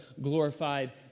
glorified